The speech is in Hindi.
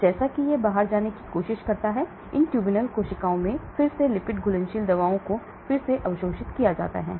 तो जैसा कि यह बाहर आने की कोशिश करता है इन ट्यूब्यूल कोशिकाओं में शरीर में फिर से लिपिड घुलनशील दवाओं को फिर से अवशोषित किया जा सकता है